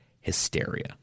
hysteria